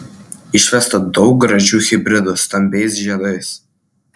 išvesta daug gražių hibridų stambiais žiedais